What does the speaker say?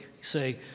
say